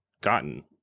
gotten